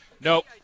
Nope